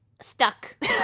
Stuck